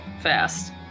fast